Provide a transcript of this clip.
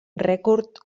rècord